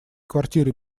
квартиры